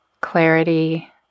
clarity